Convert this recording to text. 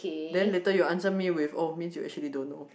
then later you answer me with oh means you actually don't know